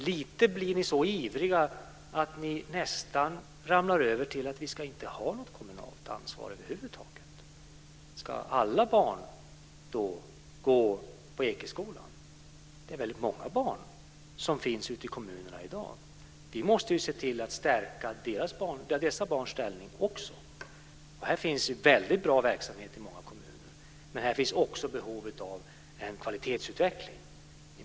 Lite grann är det nog så att ni blir så ivriga att ni nästan ramlar över till att vi inte ska ha något kommunalt ansvar över huvud taget. Ska alla barn då gå på Ekeskolan? Det finns ju väldigt många barn ute i kommunerna i dag. Vi måste se till att stärka också dessa barns ställning. Det finns en väldigt bra verksamhet i många kommuner, medan det i andra kommuner också finns behov av kvalitetsutveckling.